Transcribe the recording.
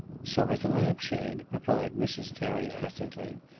so is a lamp-shade, replied mrs. terry, acidly.